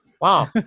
wow